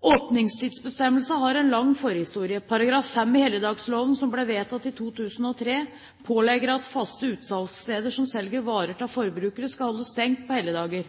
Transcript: Åpningstidsbestemmelsene har en lang forhistorie. § 5 i helligdagsfredloven, som ble vedtatt i 2003, pålegger at faste utsalgssteder som selger varer til forbrukere, skal holde stengt på helligdager.